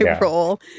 role